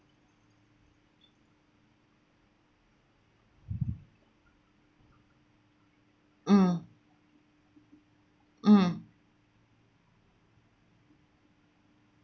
mm mm